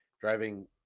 driving